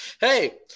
Hey